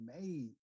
made